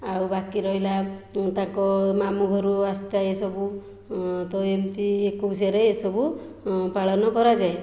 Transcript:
ଆଉ ବାକି ରହିଲା ତାଙ୍କ ମାମୁଁ ଘରୁ ଆସି ଥାଏ ସବୁ ତ ଏମିତି ଏକୋଇଶିଆରେ ଏଇ ସବୁ ପାଳନ କରାଯାଏ